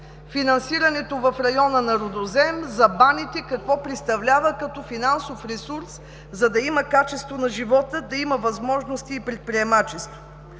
финансирането в района на Рудозем, за Баните, какво представлява като финансов ресурс, за да има качество на живот, да има възможности и предприемачество.